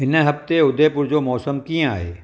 हिन हफ़्ते उदयपुर जो मौसमु कीअं आहे